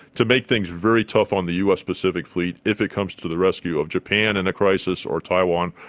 to make things very tough on the us pacific fleet if it comes to the rescue of japan in a crisis or taiwan,